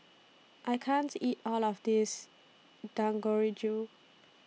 I can't eat All of This